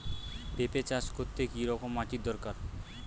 পেঁপে চাষ করতে কি রকম মাটির দরকার?